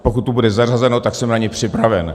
Pokud to bude zařazeno, tak jsem na ni připraven.